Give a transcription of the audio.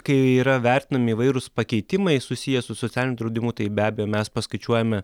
kai yra vertinami įvairūs pakeitimai susiję su socialiniu draudimu tai be abejo mes paskaičiuojame